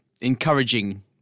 encouraging